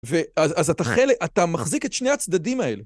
ו.. אז אתה מחזיק את שני הצדדים האלה.